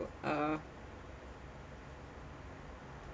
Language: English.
uh